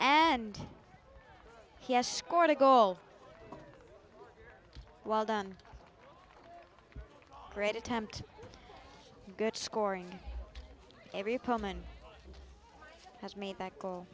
and he has scored a goal well done great attempt good scoring pullman has made that goal